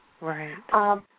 Right